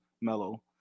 mellow